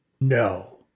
No